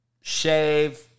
Shave